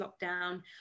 lockdown